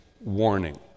warning